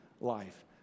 life